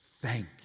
Thank